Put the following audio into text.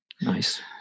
Nice